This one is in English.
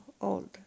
old